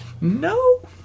No